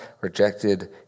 rejected